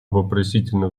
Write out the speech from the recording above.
вопросительно